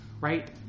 right